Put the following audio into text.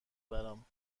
برام